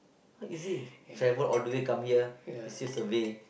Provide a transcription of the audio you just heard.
what is it favourite all the way come here it is survey